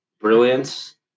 brilliance